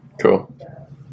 Cool